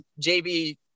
JB